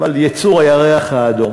אבל יצור הירח האדום,